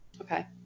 Okay